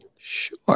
Sure